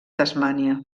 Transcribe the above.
tasmània